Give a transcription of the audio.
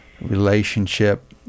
relationship